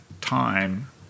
time